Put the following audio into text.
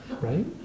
right